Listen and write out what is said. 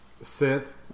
Sith